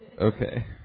okay